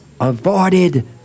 avoided